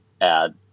add